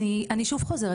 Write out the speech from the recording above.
אני שוב חוזרת,